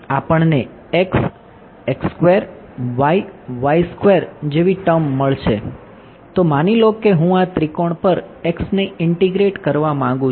આપણને x y જેવી term પર x ને ઇન્ટીગ્રેટ કરવા માંગુ છુ